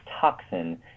toxin